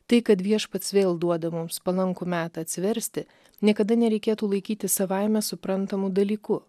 tai kad viešpats vėl duoda mums palankų metą atsiversti niekada nereikėtų laikyti savaime suprantamu dalyku